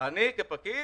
אני כפקיד